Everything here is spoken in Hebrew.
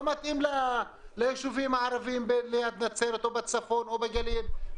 לא מתאים ליישובים הערביים ליד נצרת או בצפון או בגליל.